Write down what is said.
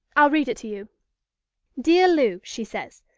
i'll read it to you dear lou, she says,